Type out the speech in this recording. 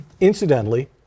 Incidentally